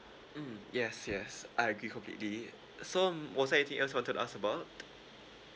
mm yes yes I agree completely so mm was there anything else you wanted to ask about